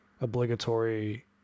obligatory